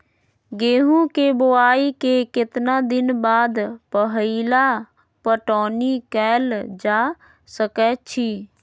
गेंहू के बोआई के केतना दिन बाद पहिला पटौनी कैल जा सकैछि?